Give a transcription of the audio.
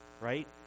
right